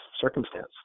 circumstance